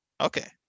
Okay